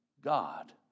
God